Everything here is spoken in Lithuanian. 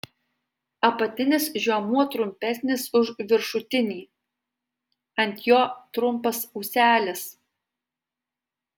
apatinis žiomuo trumpesnis už viršutinį ant jo trumpas ūselis